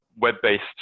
web-based